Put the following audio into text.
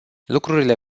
lucrurile